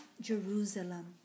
Jerusalem